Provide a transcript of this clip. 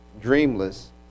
dreamless